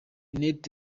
net